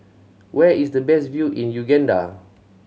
where is the best view in Uganda